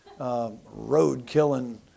road-killing